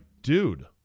dude